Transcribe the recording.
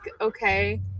okay